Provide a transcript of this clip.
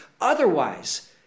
otherwise